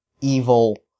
evil